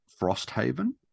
frosthaven